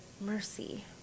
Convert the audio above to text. mercy